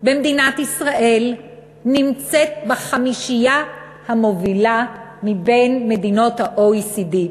במדינת ישראל נמצאת בחמישייה המובילה מבין מדינות ה-OECD.